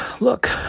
Look